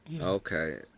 Okay